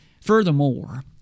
furthermore